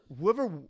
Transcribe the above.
whoever